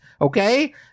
Okay